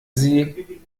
sie